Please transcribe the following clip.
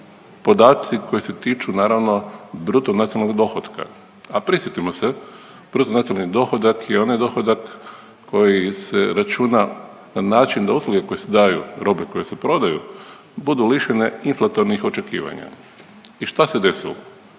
podaci koji se tiču naravno bruto nacionalnog dohotka, a prisjetimo se bruto nacionalni dohodak je onaj dohodak koji se računa na način da usluge koje se daju i robe koje se prodaju budu lišene inflatornih očekivanja i šta se desilo?